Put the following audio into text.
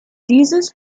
dieses